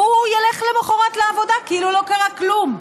והוא ילך למוחרת לעבודה כאילו לא קרה כלום,